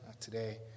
today